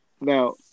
Now